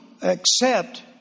accept